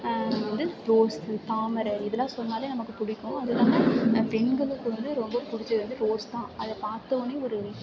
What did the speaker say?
வந்து ரோஸ் தாமரை இதெலாம் சொன்னாலே நமக்கு பிடிக்கும் அதுவும் இல்லாமல் பெண்களுக்கு வந்து ரொம்ப பிடிச்சது வந்து ரோஸ் தான் அதை பார்த்தோனே ஒரு